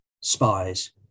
spies